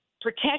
protect